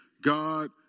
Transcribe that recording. God